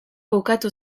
bukatu